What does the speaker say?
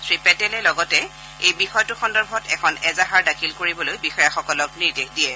শ্ৰী পেটেলে লগতে এই বিষয়তো সন্দৰ্ভত এখন এজাহাৰ দাখিল কৰিবলৈও বিষয়াসকলক নিৰ্দেশ দিয়ে